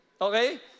Okay